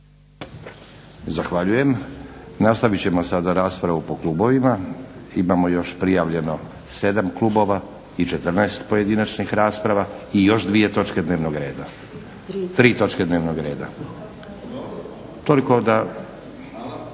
Zahvaljujem. Nastavit ćemo sada raspravu po klubovima. Imamo još prijavljeno 7 klubova i 14 pojedinačnih rasprava i još 2 točke dnevnog reda, 3 točke dnevnog reda. Toliko da